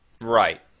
Right